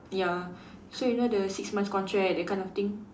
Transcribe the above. ya so you know the six month contract that kind of thing